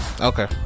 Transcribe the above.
Okay